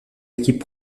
équipes